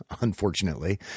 unfortunately